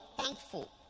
thankful